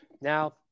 Now